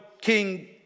king